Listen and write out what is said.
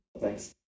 Thanks